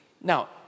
Now